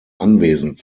anwesend